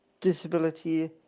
disability